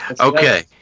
Okay